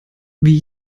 wie